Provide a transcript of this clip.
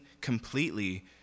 completely